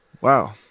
Wow